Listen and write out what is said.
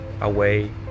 away